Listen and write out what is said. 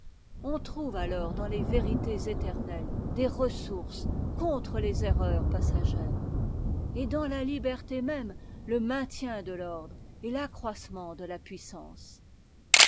on trouvealors dans les vérités éternettes des ressources contre les erreurs passagères et dans la liberté même le maintien de l'ordre et l'accroissement de la puissance